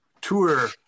tour